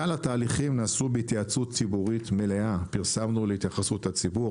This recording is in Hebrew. כלל התהליכים נעשו בהתייעצות ציבורית מלאה פרסמנו להתייחסות הציבור,